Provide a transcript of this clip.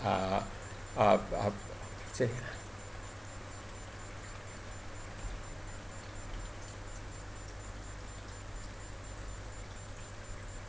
uh uh um say